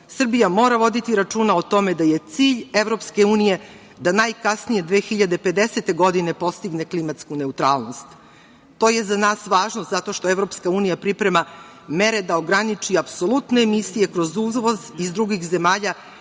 Srbija mora voditi računa o tome da je cilj EU da najkasnije 2050. godine postigle klimatsku neutralnost. To je za nas važno zato što EU priprema mere da ograniči apsolutne emisije kroz uvoz iz drugih zemalja,